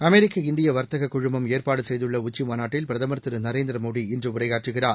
அமெரிக்க இந்தியவர்த்தக்குழுமம் ஏற்பாடுசெய்துள்ளஉச்சிமாநாட்டில் பிரதமர் திருநரேந்திரமோடி இன்றுஉரையாற்றுகிறார்